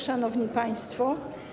Szanowni Państwo!